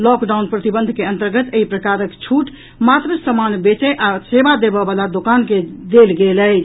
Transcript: lockdown प्रतिबंध के अन्तर्गत एहि प्रकारक ई छूट मात्र समान बेचय आ सेवा देबय वला दोकाने के देल गेल अछि